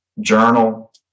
journal